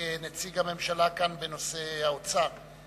כנציג הממשלה כאן בנושא האוצר.